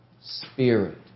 Spirit